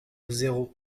zéro